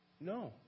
No